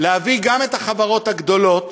להביא גם את החברות הגדולות